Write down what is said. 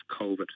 COVID